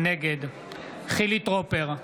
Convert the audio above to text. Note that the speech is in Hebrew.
נגד חילי טרופר,